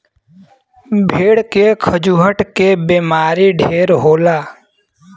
भेड़ के खजुहट के बेमारी ढेर होला